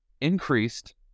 increased